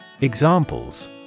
Examples